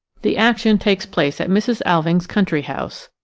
the action takes place at mrs. alving's country house,